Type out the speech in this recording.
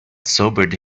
sobered